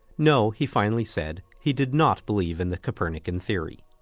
no, he finally said, he did not believe in the copernican theory.